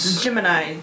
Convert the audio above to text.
Gemini